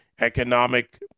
economic